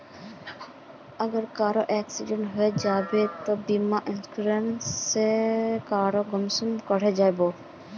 अगर कहारो एक्सीडेंट है जाहा बे तो बीमा इंश्योरेंस सेल कुंसम करे अप्लाई कर बो?